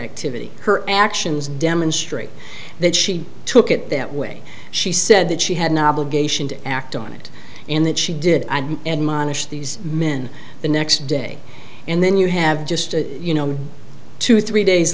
activity her actions demonstrate that she took it that way she said that she had an obligation to act on it in that she did and mohnish these men the next day and then you have just you know two three days